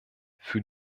für